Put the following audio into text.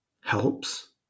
helps